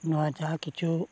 ᱱᱚᱣᱟ ᱡᱟᱦᱟᱸ ᱠᱤᱪᱷᱩ